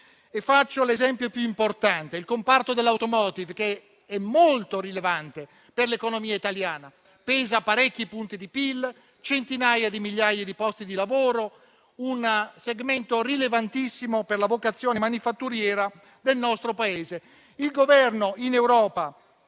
Faccio l'esempio più importante: il comparto dell'*automotive*, molto rilevante per l'economia italiana, pesa parecchi punti di PIL, fornisce centinaia di migliaia di posti di lavoro e costituisce un segmento rilevantissimo per la vocazione manifatturiera del nostro Paese. Il Governo in Europa,